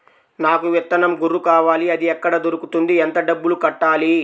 నాకు విత్తనం గొర్రు కావాలి? అది ఎక్కడ దొరుకుతుంది? ఎంత డబ్బులు కట్టాలి?